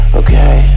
okay